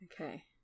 Okay